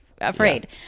afraid